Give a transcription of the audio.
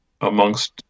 amongst